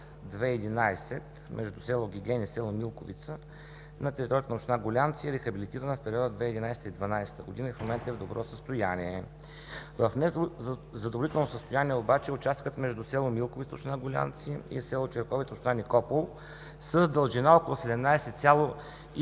II-11 между село Гиген и село Милковица на територията на община Гулянци е рехабилитирана в периода 2011 – 2012 г. и в момента е в добро състояние. В незадоволително състояние обаче е участъкът между село Милковица, община Гулянци, и село Черковица, община Никопол, с дължина около 17,5